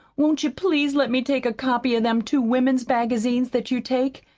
won't you please let me take a copy of them two women's magazines that you take?